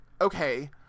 okay